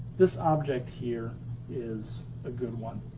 this object here is a good one.